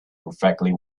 perfectly